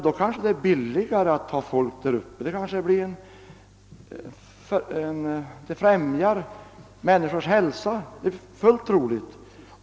Det kanske blir billigare då att ha människor boende i Norrland. Det kanske främjar deras hälsa. Ja, det är mycket troligt.